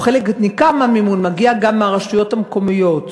או חלק ניכר מהמימון, מגיע גם מהרשויות המקומיות.